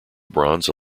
bronze